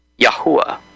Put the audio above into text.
Yahuwah